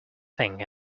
thing